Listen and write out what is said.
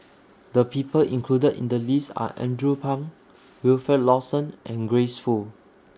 The People included in The list Are Andrew Phang Wilfed Lawson and Grace Fu